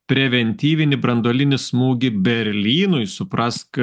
preventyvinį branduolinį smūgį berlynui suprask